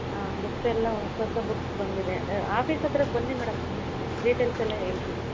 ಹಾಂ ಬುಕ್ಸ್ ಎಲ್ಲ ಹೊಸ ಹೊಸ ಬುಕ್ಸ್ ಬಂದಿದೆ ಆಫೀಸ್ ಹತ್ರ ಬನ್ನಿ ಮೇಡಮ್ ಡಿಟೇಲ್ಸ್ ಎಲ್ಲ ಹೇಳ್ತೀವಿ